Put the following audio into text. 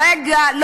זה קורה באירופה,